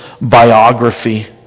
biography